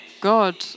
God